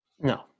No